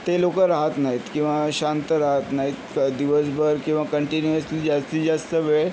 ते लोक राहत नाहीत किंवा शांत राहत नाहीत दिवसभर किंवा कंटिन्यूअसली जास्तीत जास्त वेळ